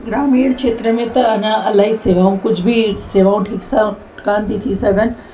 ग्रामीण खेत्र में त अञा इलाही शेवाऊं कुझ बि शेवाऊं ठीक सां कोन थी थी सघनि